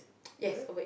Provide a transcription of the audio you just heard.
is it